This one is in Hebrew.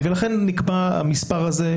לכן נקבע המספר הזה.